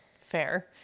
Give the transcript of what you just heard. fair